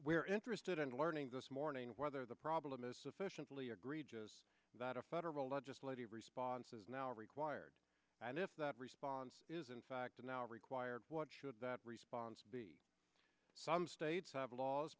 we are interested in learning this morning whether the problem is sufficiently agreed that a federal legislative response is now required and if that response is in fact now required what should that response be some states have laws